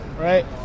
right